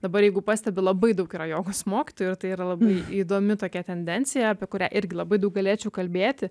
dabar jeigu pastebi labai daug yra jogos mokytojų ir tai yra labai įdomi tokia tendencija apie kurią irgi labai daug galėčiau kalbėti